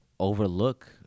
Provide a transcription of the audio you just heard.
overlook